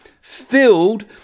filled